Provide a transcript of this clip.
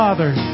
Father